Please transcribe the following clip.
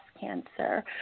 cancer